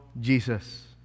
Jesus